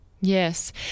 Yes